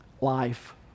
life